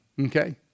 Okay